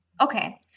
Okay